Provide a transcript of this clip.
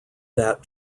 that